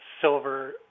silver